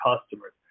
customers